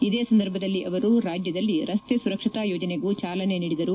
ಇದೇ ಸಂದರ್ಭದಲ್ಲಿ ಅವರು ರಾಜ್ಯದಲ್ಲಿ ರಸ್ತೆ ಸುರಕ್ಷತಾ ಯೋಜನೆಗೂ ಚಾಲನೆ ನೀಡಿದರು